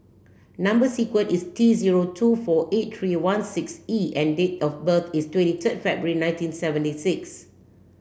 number sequence is T zero two four eight three one six E and date of birth is twenty third February nineteen seventy six